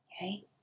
Okay